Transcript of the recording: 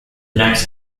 next